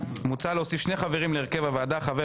מוצע להוסיף שני חברים להרכב הוועדה: חבר